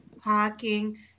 parking